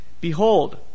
Behold